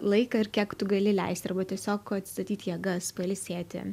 laiką ir kiek tu gali leist arba tiesiog atsistatyt jėgas pailsėti